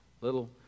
Little